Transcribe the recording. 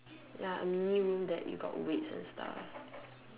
ya a mini room that you got weight and stuff